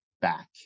back